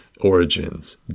Origins